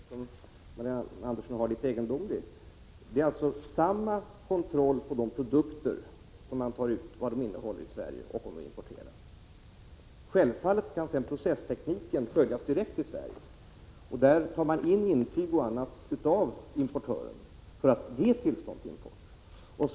Fru talman! Det som Marianne Andersson säger är litet egendomligt. Det sker alltså en likvärdig kontroll av de produkter som tillverkas i Sverige och av dem som importeras. Självfallet kan processtekniken följas direkt i Sverige, men det krävs intyg m.m. av importören för att han skall få tillstånd att importera.